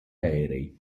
aerei